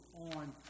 on